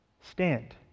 Stand